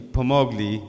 pomogli